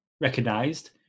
recognized